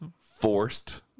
forced